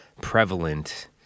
prevalent